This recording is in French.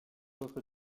autres